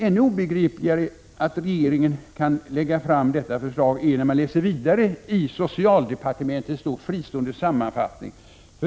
Ännu obegripligare blir det att regeringen kan framlägga detta förslag när man läser vidare i socialdepartementets fristående sammanfattning.